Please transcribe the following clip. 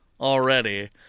already